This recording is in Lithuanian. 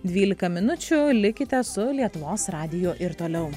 dvylika minučių likite su lietuvos radiju ir toliau